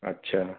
अच्छा ना